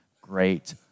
great